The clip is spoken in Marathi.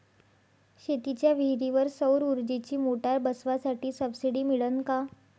शेतीच्या विहीरीवर सौर ऊर्जेची मोटार बसवासाठी सबसीडी मिळन का?